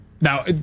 now